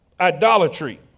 Idolatry